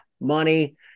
Money